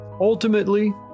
Ultimately